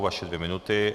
Vaše dvě minuty.